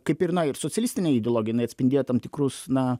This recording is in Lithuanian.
kaip ir na ir socialistinė ideologija ji atspindėjo tam tikrus na